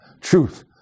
truth